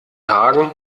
tagen